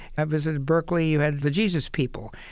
i visited berkeley, you had the jesus people,